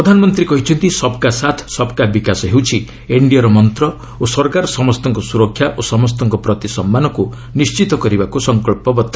ପ୍ରଧାନମନ୍ତ୍ରୀ କହିଛନ୍ତି ସବ୍ କା ସାଥ୍ ସବ୍ କା ବିକାଶ ହେଉଛି ଏନ୍ଡିଏ ର ମନ୍ତ ଓ ସରକାର ସମସ୍ତଙ୍କ ସୁରକ୍ଷା ଓ ସମସ୍ତଙ୍କ ପ୍ରତି ସମ୍ମାନକୁ ନିଶ୍ଚିତ କରିବାକୁ ସଂକଚ୍ଚବଦ୍ଧ